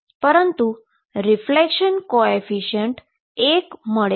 પરંતુ reflection coefficient 1 મળે છે